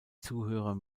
zuhörer